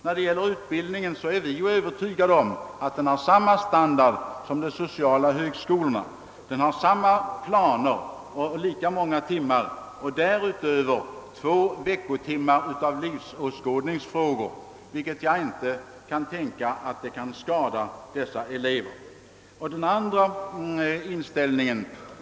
Vad beträffar utbildningen är jag övertygad om att den har samma standard som socialhögskolornas. Vid Stora Sköndal har man samma läroplaner och lika stort timantal samt därutöver två veckotimmar för livsåskådningsfrågor, vilket jag inte kan tänka mig skulle kunna skada eleverna.